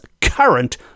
current